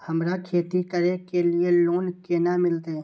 हमरा खेती करे के लिए लोन केना मिलते?